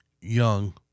young